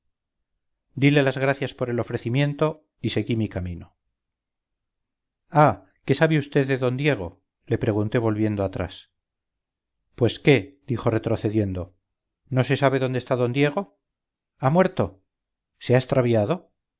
dile las gracias por el ofrecimiento y seguí mi camino ah qué sabe vd de d diego le pregunté volviendo atrás pues qué dijo retrocediendo no se sabe dónde está d diego ha muerto se ha extraviado